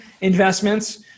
Investments